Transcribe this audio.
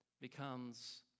becomes